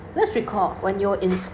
let's recall when you're in